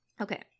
Okay